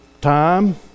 time